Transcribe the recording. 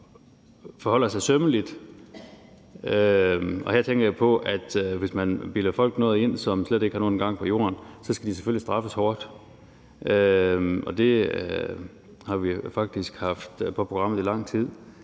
forholder sig sømmeligt – og her tænker jeg på, hvis man bilder folk noget ind, som slet ikke nogen gang på jorden – så skal de selvfølgelig straffes hårdt, og det har vi faktisk haft på programmet i lang tid,